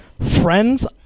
friends